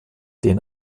den